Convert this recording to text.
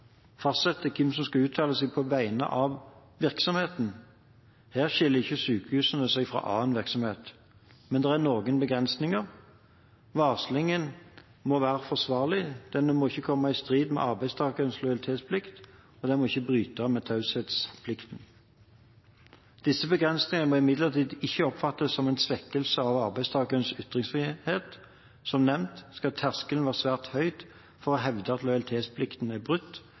hvem som skal uttale seg på vegne av virksomheten. Her skiller ikke sykehusene seg fra annen virksomhet. Men det er noen begrensninger. Varslingen må være forsvarlig, den må ikke komme i strid med arbeidstakerens lojalitetsplikt, og den må ikke bryte med taushetsplikten. Disse begrensningene må imidlertid ikke oppfattes som en svekkelse av arbeidstakerens ytringsfrihet. Som nevnt skal terskelen være svært høy for å hevde at lojalitetsplikten er brutt,